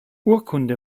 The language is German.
urkunde